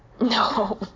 No